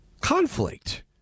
conflict